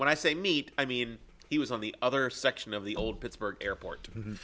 when i say meet i mean he was on the other section of the old pittsburgh airport